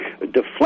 deflect